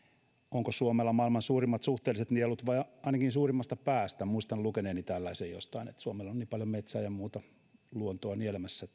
onko suomella maailman suurimmat suhteelliset nielut tai ainakin suurimmasta päästä muistan lukeneeni tällaisen jostain että suomella on niin paljon metsää ja muuta luontoa nielemässä